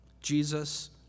Jesus